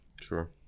Sure